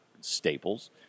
Staples